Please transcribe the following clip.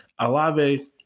Alave